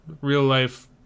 real-life